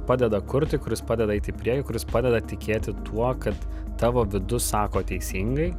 padeda kurti kuris padeda eit į priekį kuris padeda tikėti tuo kad tavo vidus sako teisingai